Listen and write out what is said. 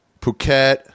Phuket